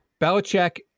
Belichick